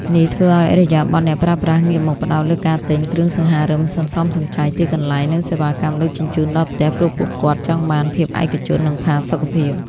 នេះធ្វើឱ្យឥរិយាបថអ្នកប្រើប្រាស់ងាកមកផ្ដោតលើការទិញ "គ្រឿងសង្ហារឹមសន្សំសំចៃទីកន្លែង" និងសេវាកម្មដឹកជញ្ជូនដល់ផ្ទះ ព្រោះពួកគាត់ចង់បានភាពឯកជន និងផាសុកភាព។